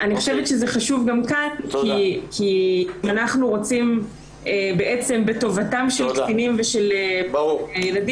זה חשוב גם כאן כי אנחנו רוצים בעצם בטובתם של קטינים ושל ילדים.